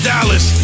Dallas